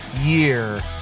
year